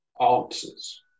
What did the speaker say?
answers